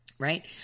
right